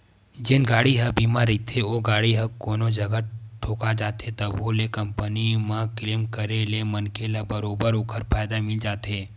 जेन गाड़ी ह बीमा रहिथे ओ गाड़ी ह कोनो जगा ठोका जाथे तभो ले कंपनी म क्लेम करे ले मनखे ल बरोबर ओखर फायदा मिल जाथे